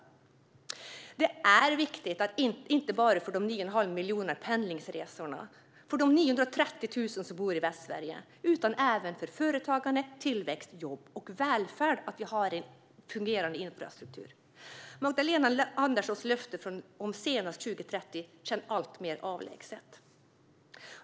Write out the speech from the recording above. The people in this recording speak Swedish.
Att vi har en fungerande infrastruktur är viktigt inte bara för de 9 1⁄2 miljoner pendlingsresorna och de 930 000 personer som bor i Västsverige, utan även för företagande, tillväxt, jobb och välfärd. Magdalena Anderssons löfte om att detta ska vara klart senast 2030 känns alltmer avlägset.